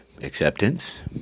Acceptance